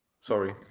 Sorry